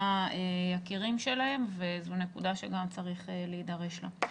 היקירים שלהם וזו נקודה שגם צריך להידרש לה.